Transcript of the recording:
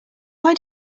why